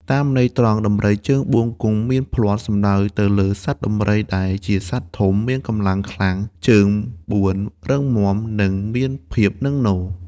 តាមន័យត្រង់ ដំរីជើងបួនគង់មានភ្លាត់ សំដៅទៅលើសត្វដំរីដែលជាសត្វធំ មានកម្លាំងខ្លាំង ជើងបួនរឹងមាំ និងមានភាពនឹងនរ។